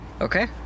Okay